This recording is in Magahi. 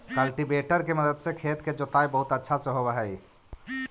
कल्टीवेटर के मदद से खेत के जोताई बहुत अच्छा से होवऽ हई